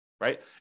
right